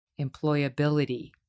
employability